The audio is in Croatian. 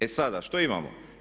E sada što imamo?